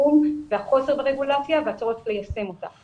החוסר ברגולציה והצורך ליישם אותה.